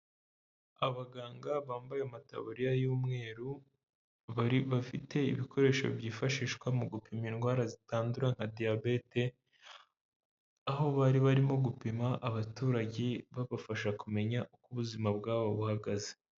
Abaganga bambaye amataburiya y'umweru, bari bafite ibikoresho byifashishwa mu gupima indwara zitandura nka Diyabete, aho bari barimo gupima abaturage babafasha kumenya uko ubuzima bwabo buhagaze.